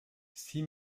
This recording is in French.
six